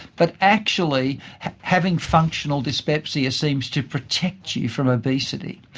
but actually having functional dyspepsia seems to protect you from obesity.